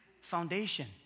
foundation